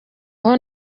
aho